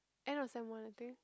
end of sem one I think